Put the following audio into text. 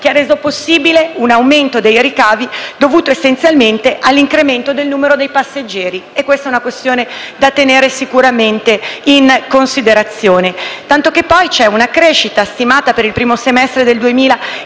ciò ha reso possibile un aumento dei ricavi, connesso essenzialmente all'incremento del numero dei passeggeri. Questo è un punto da tenere sicuramente in considerazione, perché poi si registra una crescita stimata per il primo semestre del 2018,